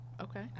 Okay